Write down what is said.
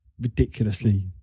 ridiculously